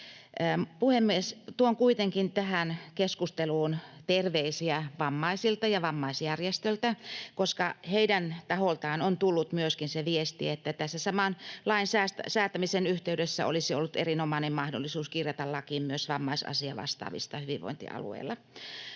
Puhemies! Tuon kuitenkin tähän keskusteluun terveisiä vammaisilta ja vammaisjärjestöiltä, koska heidän taholtaan on tullut myöskin se viesti, että tämän lain säätämisen yhteydessä olisi ollut erinomainen mahdollisuus kirjata lakiin myös vammaisasiavastaavista hyvinvointialueilla.